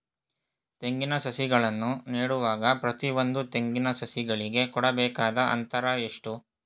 ತೆಂಗಿನ ಸಸಿಗಳನ್ನು ನೆಡುವಾಗ ಪ್ರತಿಯೊಂದು ತೆಂಗಿನ ಸಸಿಗಳಿಗೆ ಕೊಡಬೇಕಾದ ಅಂತರ ಎಷ್ಟು?